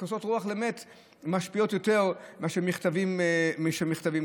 כוסות רוח למת משפיעות יותר מאשר מכתבים כאלה.